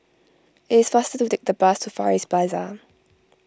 it is faster to take the bus to Far East Plaza